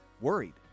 worried